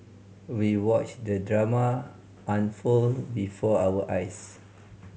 we watched the drama unfold before our eyes